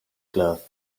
cloths